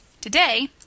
Today